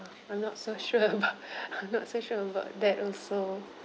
I'm not so sure about I'm not so sure about that also